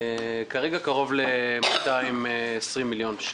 כרגע קרוב ל-220 מיליון ש"ח.